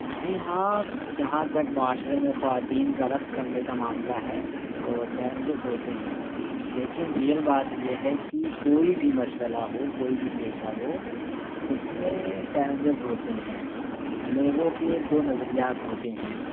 جی ہاں جہاں تک معاشرے میں خواتین کا رقص کرنے کا معاملہ ہے تو چیلنجیز ہوتے ہیں لیکن ریئل بات یہ ہے کہ کوئی بھی مشغلہ ہو کوئی بھی پیشہ ہو اس میں چیلنجیز ہوتے ہیں لوگوں کے دو نظریات ہوتے ہیں